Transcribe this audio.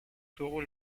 tuvo